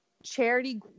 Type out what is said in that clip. charity